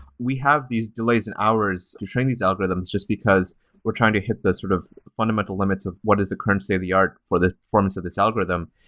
we have these delays in hours to train these algorithms just because we're trying to hit the sort of fundamental limits of what is the current state of the art for the forms of this algorithm?